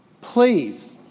Please